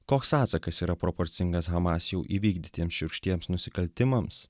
koks atsakas yra proporcingas hamas jau įvykdytiems šiurkštiems nusikaltimams